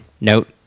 Note